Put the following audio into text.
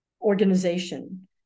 organization